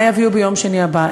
מה יביאו ביום שני הבא?